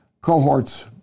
cohorts